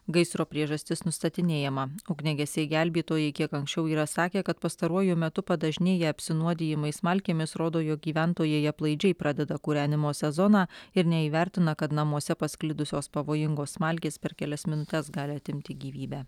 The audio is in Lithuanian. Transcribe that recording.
gaisro priežastis nustatinėjama ugniagesiai gelbėtojai kiek anksčiau yra sakę kad pastaruoju metu padažnėję apsinuodijimai smalkėmis rodo jog gyventojai aplaidžiai pradeda kūrenimo sezoną ir neįvertina kad namuose pasklidusios pavojingos smalkės per kelias minutes gali atimti gyvybę